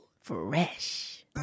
Fresh